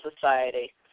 Society